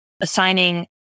assigning